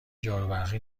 جاروبرقی